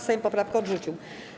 Sejm poprawkę odrzucił.